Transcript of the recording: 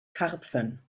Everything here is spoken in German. karpfen